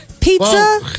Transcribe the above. Pizza